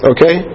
Okay